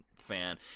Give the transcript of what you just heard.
fan